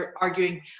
arguing